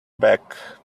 back